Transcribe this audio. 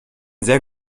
sehr